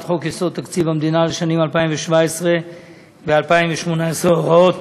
חוק-יסוד: תקציב המדינה לשנים 2017 ו-2018 (הוראות